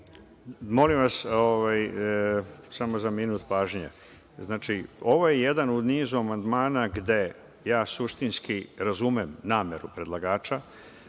Molim vas samo za minut pažnje. Znači, ovo je jedan u nizu amandmana gde ja suštinski razumem nameru predlagača,